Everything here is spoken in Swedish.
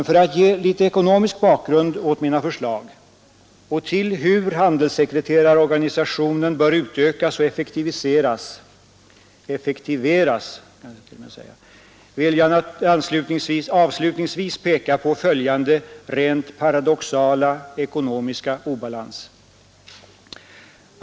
För att ge litet ekonomisk bakgrund åt mina förslag till hur handelssekreterarorganisationen bör utökas och effektiveras vill jag emellertid avslutningsvis peka på följande rent paradoxala ekonomiska obalans.